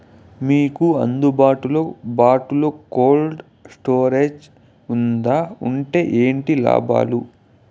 మీకు అందుబాటులో బాటులో కోల్డ్ స్టోరేజ్ జే వుందా వుంటే ఏంటి లాభాలు?